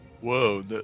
Whoa